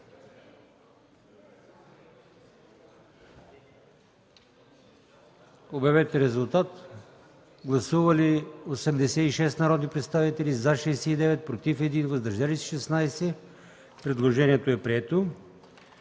от комисията. Гласували 81 народни представители: за 70, против 1, въздържали се 10. Предложението е прието.